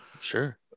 Sure